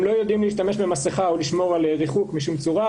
הם לא יודעים להשתמש במסכה או לשמור על ריחוק בשום צורה,